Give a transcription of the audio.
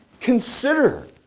consider